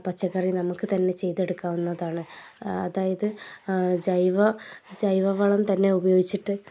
പച്ചക്കറി നമുക്ക് തന്നെ ചെയ്തെടുക്കാവുന്നതാണ് അതായത് ജൈവ ജൈവ വളം തന്നെ ഉപയോഗിച്ചിട്ട്